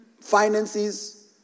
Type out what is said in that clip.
Finances